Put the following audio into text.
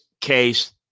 case